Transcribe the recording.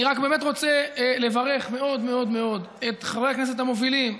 אני רק באמת רוצה לברך מאוד מאוד מאוד את חברי הכנסת המובילים,